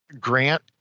grant